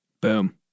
Boom